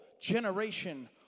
generation